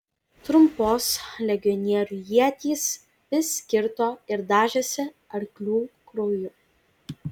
trumpos legionierių ietys vis kirto ir dažėsi arklių krauju